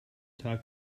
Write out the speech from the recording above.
tag